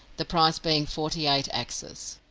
the price being forty-eight axes.